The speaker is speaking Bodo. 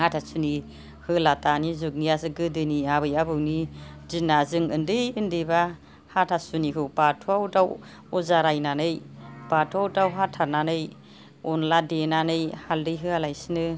हाथा सुनि होला दानि जुगनिया गोदोनि आबै आबौनि दिना जों उन्दै उन्दैबा हाथासुनिखौ बाथौआव दाउ अजा रायनानै बाथौआव दाउ हाथारनानै अनला देनानै हालदै होया लासेनो